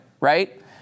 right